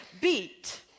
beat